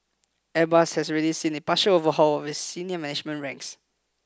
Airbus has already seen a partial overhaul of its senior management ranks